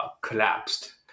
collapsed